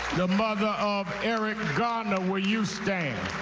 the mother of eric garner, will you stand.